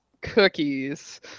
cookies